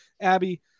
Abby